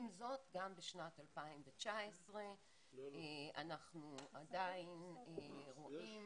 עם זאת גם בשנת 2019 אנחנו עדיין רואים